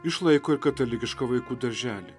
išlaiko ir katalikišką vaikų darželį